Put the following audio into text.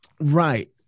Right